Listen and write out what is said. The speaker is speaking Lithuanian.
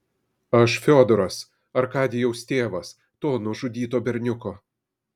aš fiodoras arkadijaus tėvas to nužudyto berniuko